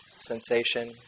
sensation